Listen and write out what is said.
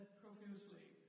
profusely